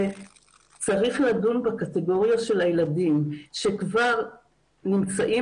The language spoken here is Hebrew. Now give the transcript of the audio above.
שצריך לדון בקטגוריה של הילדים שכבר נמצאים